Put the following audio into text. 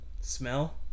Smell